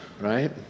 right